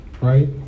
right